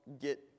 get